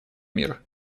мир